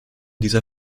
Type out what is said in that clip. dieser